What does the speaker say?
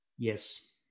Yes